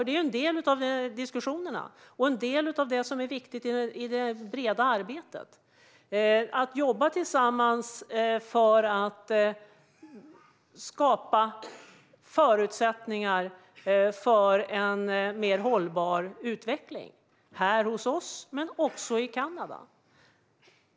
Det är ju en del av diskussionerna och en del av det som är viktigt i det breda arbetet med att jobba tillsammans för att skapa förutsättningar för en mer hållbar utveckling, här hos oss men också i Kanada.